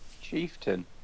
Chieftain